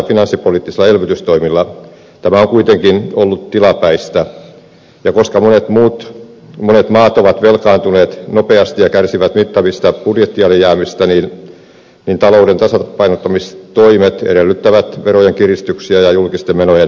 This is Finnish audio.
tämä on kuitenkin ollut tilapäistä ja koska monet maat ovat velkaantuneet nopeasti ja kärsivät mittavista budjettialijäämistä talouden tasapainottamistoimet edellyttävät verojen kiristyksiä ja julkisten menojen leikkauksia